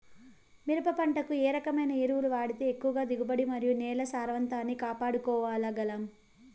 మిరప పంట కు ఏ రకమైన ఎరువులు వాడితే ఎక్కువగా దిగుబడి మరియు నేల సారవంతాన్ని కాపాడుకోవాల్ల గలం?